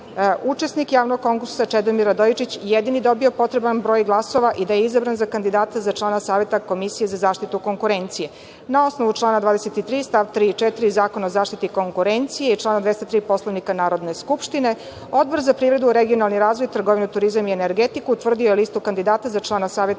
učesnik javnog konkursa Čedomir Radojičić jedini dobio potreban broj glasova i da je izabran za kandidata za člana Saveta Komisije za zaštitu konkurencije. Na osnovu člana 23. st. 3. i 4. Zakona o zaštiti konkurencije i člana 203. Poslovnika Narodne skupštine, Odbor za privredu, regionalni razvoj, trgovinu, turizam i energetiku utvrdio je listu kandidata za člana Saveta Komisije za zaštitu konkurencije,